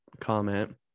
comment